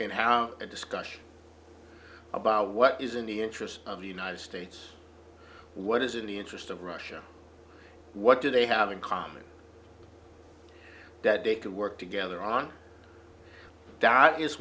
and have a discussion about what is in the interest of the united states what is in the interest of russia what do they have in common that they can work together on that is